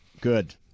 Good